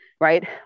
right